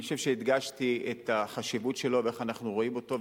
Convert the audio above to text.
אני חושב שהדגשתי את החשיבות שלו ואיך אנחנו רואים אותו.